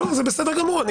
אני